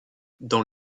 dans